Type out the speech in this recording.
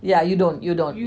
yeah you don't you don't yeah